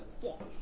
Yes